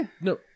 No